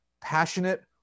passionate